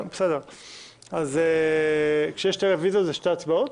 אז זה שתי הצבעות?